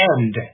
end